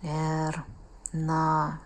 ir na